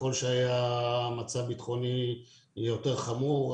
ככל שהיה מצב ביטחוני יותר חמור,